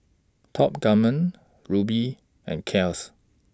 Top Gourmet Rubi and Kiehl's